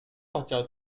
partiras